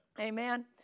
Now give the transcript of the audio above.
Amen